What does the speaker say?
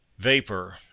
Vapor